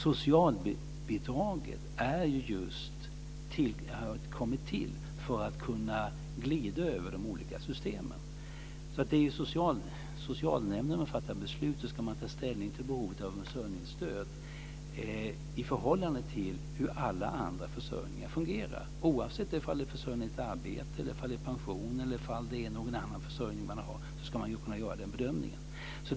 Socialbidraget har kommit till just för att det ska kunna glida över de olika systemen. När socialnämnden fattar beslut ska den ta ställning till behovet av försörjningsstöd i förhållande till hur alla andra försörjningar fungerar, oavsett om det rör sig om försörjning genom arbete, genom pension eller något annat.